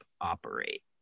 operate